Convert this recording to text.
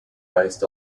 based